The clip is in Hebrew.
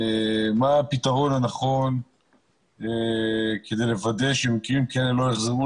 מה הפתרון הנכון כדי לוודא שמקרים כאלה לא יחזרו